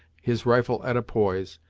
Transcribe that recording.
his rifle at a poise,